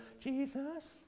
Jesus